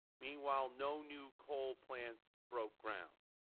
meanwhile no new coal plants broke ground.